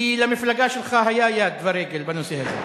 כי למפלגה שלך היו יד ורגל בנושא הזה.